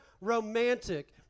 romantic